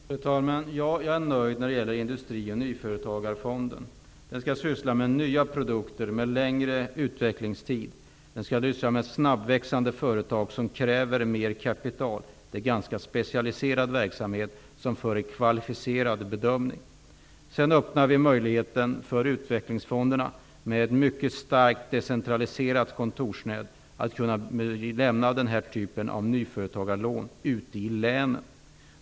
Fru talman! Ja, jag är nöjd när det gäller Industrioch nyföretagarfonden. Den skall syssla med nya produkter med längre utvecklingstid. Den skall syssla med snabbväxande företag som kräver mer kapital. Det är ganska specialiserad verksamhet som får en kvalificerad bedömning. Sedan öppnar vi möjligheten för utvecklingsfonderna att med ett mycket starkt decentraliserat kontorsnät kunna lämna den här typen av nyföretagarlån ute i länen.